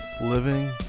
living